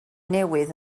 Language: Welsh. newydd